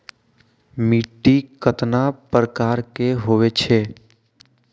मिट्टी कतना प्रकार के होवैछे?